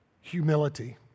Humility